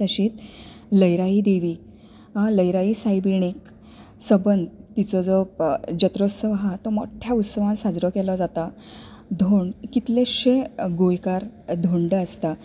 तशींच लईराई देवी लईराई सायबिणीक सबंद तिचो जो जत्रोउत्सव आसा तो मोट्या उत्सवान साजरो केलो जाता धोंड कितलेंशे गोंयकार धोंड आसतात